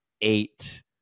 eight